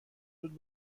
زود